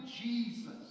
Jesus